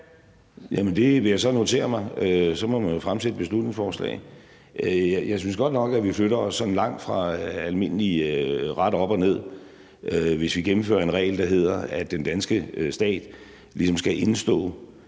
mener? Det vil jeg så notere mig. Så må man jo fremsætte et beslutningsforslag. Jeg synes godt nok, at vi flytter os langt fra sådan almindelig ret op og ned, hvis vi gennemfører en regel, der hedder, at den danske stat ligesom skal indestå